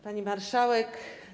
Pani Marszałek!